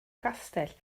castell